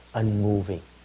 unmoving